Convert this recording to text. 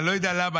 אני לא יודע למה,